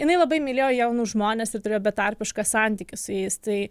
jinai labai mylėjo jaunus žmones ir betarpišką santykį su jais tai